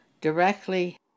directly